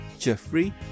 Jeffrey